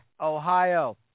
Ohio